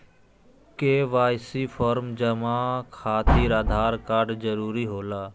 KYC form जमा खातिर Aadhaar card जरूरी होला?